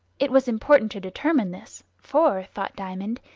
it was important to determine this for, thought diamond,